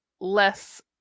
less